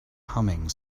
humming